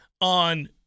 on